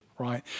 Right